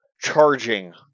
charging